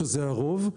שזה הרוב,